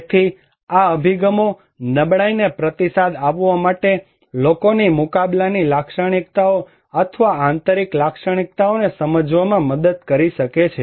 તેથી આ અભિગમો નબળાઈને પ્રતિસાદ આપવા માટે લોકોની મુકાબલાની લાક્ષણિકતાઓ અથવા આંતરિક લાક્ષણિકતાઓને સમજવામાં મદદ કરી શકે છે